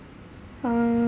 uh